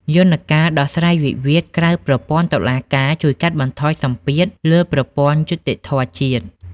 យន្តការដោះស្រាយវិវាទក្រៅប្រព័ន្ធតុលាការ ជួយកាត់បន្ថយសម្ពាធលើប្រព័ន្ធយុត្តិធម៌ជាតិ។